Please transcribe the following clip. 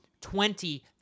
twenty